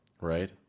right